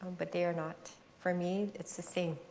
but they're not. for me, it's the same.